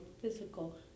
physical